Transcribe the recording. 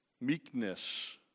Meekness